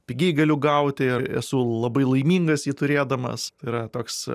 pigiai galiu gauti ir esu labai laimingas jį turėdamas yra toks